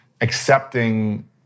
accepting